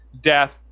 death